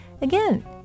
again